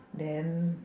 then